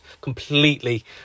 completely